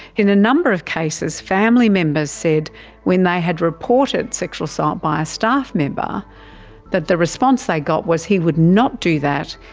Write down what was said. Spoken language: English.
in a number of cases family members said when they had reported sexual assault by a staff member that the response they got was, he would not do that,